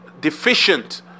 deficient